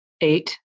eight